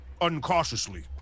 uncautiously